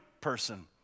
person